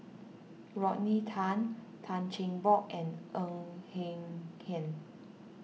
Rodney Tan Tan Cheng Bock and Ng Eng Hen